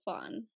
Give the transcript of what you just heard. fun